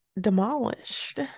demolished